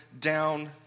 down